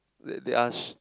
they they are sh~